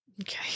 Okay